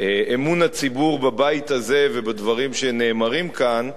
אמון הציבור בבית הזה ובדברים שנאמרים כאן,